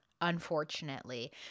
unfortunately